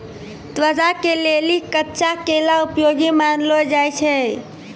त्वचा के लेली कच्चा केला उपयोगी मानलो जाय छै